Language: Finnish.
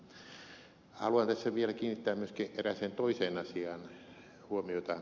haluan tässä vielä kiinnittää myöskin erääseen toiseen asiaan huomiota